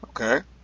Okay